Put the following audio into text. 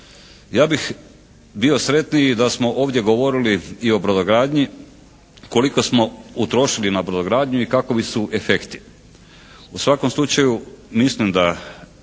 Ja bih bio sretniji da smo ovdje govorili i o brodogradnji, koliko smo utrošili na brodogradnju i kakovi su efekti. U svakom slučaju mislim da